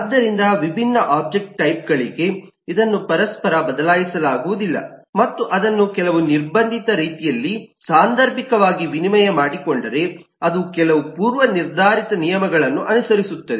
ಆದ್ದರಿಂದ ವಿಭಿನ್ನ ಒಬ್ಜೆಕ್ಟ್ ಟೈಪ್ಗಳಿಗೆ ಇದನ್ನು ಪರಸ್ಪರ ಬದಲಾಯಿಸಲಾಗುವುದಿಲ್ಲ ಮತ್ತು ಅದನ್ನು ಕೆಲವು ನಿರ್ಬಂಧಿತ ರೀತಿಯಲ್ಲಿ ಸಾಂದರ್ಭಿಕವಾಗಿ ವಿನಿಮಯ ಮಾಡಿಕೊಂಡರೆ ಅದು ಕೆಲವು ಪೂರ್ವ ನಿರ್ಧಾರಿತ ನಿಯಮಗಳನ್ನು ಅನುಸರಿಸುತ್ತದೆ